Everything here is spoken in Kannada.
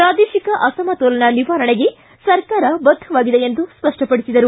ಪ್ರಾದೇಶಿಕ ಅಸಮತೋಲನ ನಿವಾರಣೆಗೆ ಸರ್ಕಾರ ಬದ್ಧವಾಗಿದೆ ಎಂದು ಸ್ಪಷ್ಟಪಡಿಸಿದರು